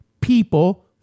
people